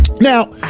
Now